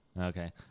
Okay